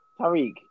Tariq